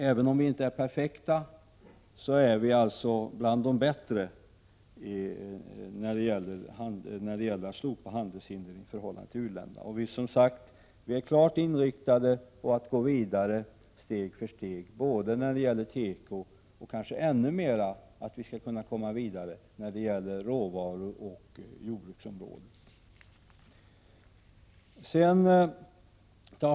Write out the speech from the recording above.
Även om vi inte är perfekta, är vi bland de bättre när det gäller slopande av handelshinder i förhållande till u-länderna. Vi är klart inställda på att gå vidare steg för steg både när det gäller tekoområdet och kanske mera när det gäller råvaruoch jordbruksområdet.